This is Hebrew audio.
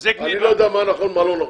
אני לא יודע מה נכון, מה לא נכון.